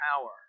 power